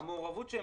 המעורבות שעליה הם